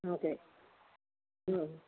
okay മ്മ്